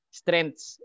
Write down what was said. strengths